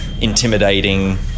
intimidating